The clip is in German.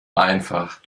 einfach